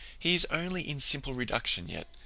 he is only in simple reduction yet,